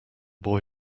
boy